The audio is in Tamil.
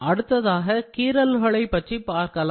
அடுத்ததாக கீறல்களை பற்றி பார்க்கலாம்